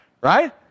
right